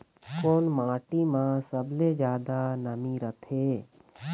कोन माटी म सबले जादा नमी रथे?